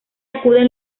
acuden